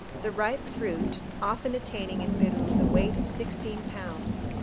the ripe fruit, often attaining in peru the weight of sixteen pounds,